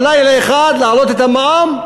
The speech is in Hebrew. בלילה אחד להעלות את המע"מ?